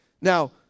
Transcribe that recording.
Now